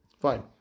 fine